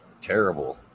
terrible